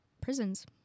prisons